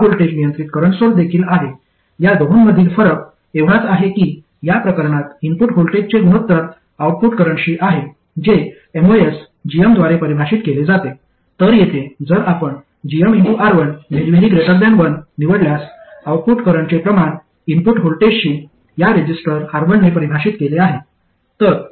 हा व्होल्टेज नियंत्रित current source देखील आहे या दोहोंमधील फरक एवढाच आहे की या प्रकरणात इनपुट व्होल्टेजचे गुणोत्तर आउटपुट करंटशी आहे जे एमओएस gm द्वारे परिभाषित केले जाते तर येथे जर आपण gmR1 1 निवडल्यास आउटपुट करंटचे प्रमाण इनपुट व्होल्टेजशी या रेझिस्टर R1 ने परिभाषित केले आहे